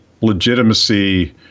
legitimacy